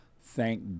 thank